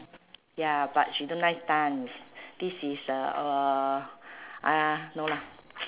ya but she don't like dance this is a uh no lah